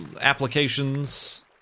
applications